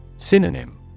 Synonym